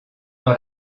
dans